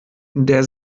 der